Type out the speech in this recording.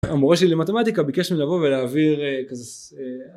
המורה שלי למתמטיקה ביקש ממני לבוא ולהעביר..